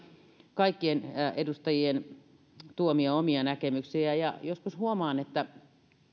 kaikkien edustajien tuomia omia näkemyksiä ja joskus huomaan että